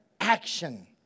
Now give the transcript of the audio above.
action